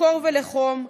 לקור ולחום,